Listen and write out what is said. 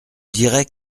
dirait